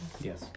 Yes